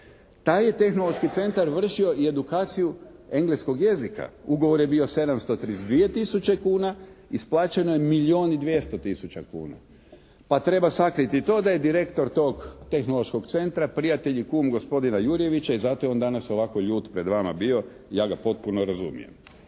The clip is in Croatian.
Taj je Tehnološki centar vršio i edukaciju engleskog jezika. Ugovor je bio 732 tisuće kuna, isplaćeno je milijon i 200 tisuća kuna. Pa treba sakriti i to da je direktor tog Tehnološkog centra prijatelj i kum gospodina Jurjevića i zato je on danas ovako ljut pred vama bio, ja ga potpuno razumijem.